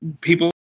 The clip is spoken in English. people